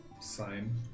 sign